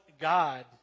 God